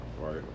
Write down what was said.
Right